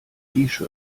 shirt